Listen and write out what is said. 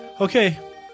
Okay